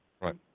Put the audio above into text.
right